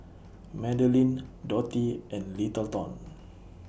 Madelyn Dottie and Littleton